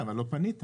אבל לא פנית.